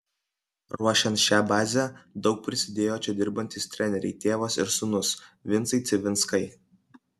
ruošiant šią bazę daug prisidėjo čia dirbantys treneriai tėvas ir sūnus vincai civinskai